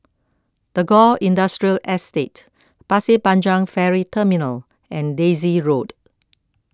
Tagore Industrial Estate Pasir Panjang Ferry Terminal and Daisy Road